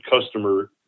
customer